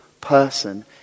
person